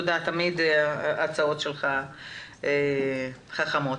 תמיד ההצעות שלך חכמות.